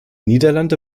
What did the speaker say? niederlande